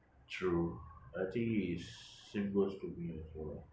true I think it's same goes to me also